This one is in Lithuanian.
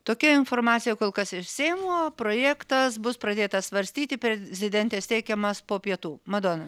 tokia informacija kol kas iš seimo projektas bus pradėtas svarstyti prezidentės teikiamas po pietų madona